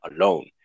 alone